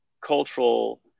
cultural